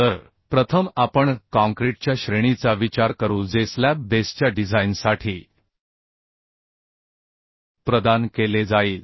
तर प्रथम आपण काँक्रीटच्या श्रेणीचा विचार करू जे स्लॅब बेसच्या डिझाइनसाठी प्रदान केले जाईल